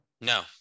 no